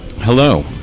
Hello